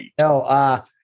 No